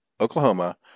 Oklahoma